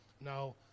Now